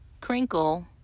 crinkle